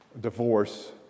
divorce